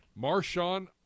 Marshawn